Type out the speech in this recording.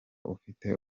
ufite